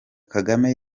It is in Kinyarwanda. kagame